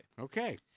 Okay